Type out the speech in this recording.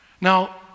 Now